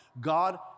God